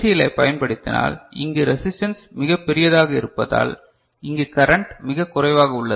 L ஐப் பயன்படுத்தினால் இங்கு ரெசிஸ்டன்ஸ் மிகப் பெரியதாக இருப்பதால் இங்கு கரண்ட் மிக குறைவாக உள்ளது